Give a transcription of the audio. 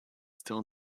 still